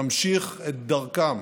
נמשיך את דרכם